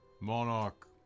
Monarch